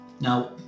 Now